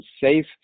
safe